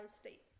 State